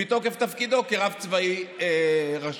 מתוקף תפקידו כרב צבאי ראשי.